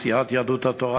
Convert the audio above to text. סיעת יהדות התורה,